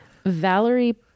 Valerie